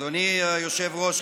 אדוני היושב-ראש,